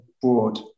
broad